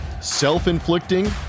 self-inflicting